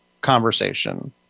conversation